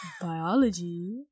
Biology